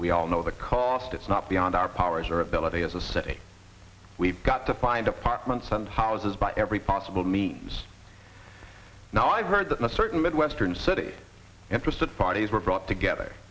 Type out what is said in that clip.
don't know the cost it's not beyond our powers are valid as a city we've got to find apartments and houses by every possible means now i've heard that in a certain midwestern city interested parties were brought together